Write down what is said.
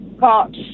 got